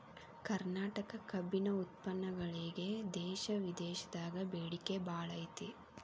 ಕರ್ನಾಟಕ ಕಬ್ಬಿನ ಉತ್ಪನ್ನಗಳಿಗೆ ದೇಶ ವಿದೇಶದಾಗ ಬೇಡಿಕೆ ಬಾಳೈತಿ